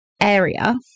area